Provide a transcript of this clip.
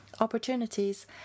opportunities